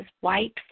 white